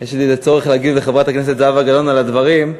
יש לי איזה צורך להגיב לזהבה גלאון על הדברים.